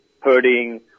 hurting